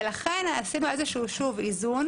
ולכן עשינו איזשהו איזון,